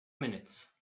minutes